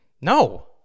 No